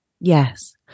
Yes